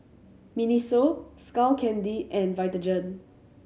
MINISO Skull Candy and Vitagen